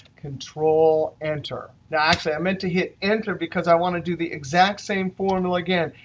control enter. now actually, i meant to hit enter, because i want to do the exact same formula again,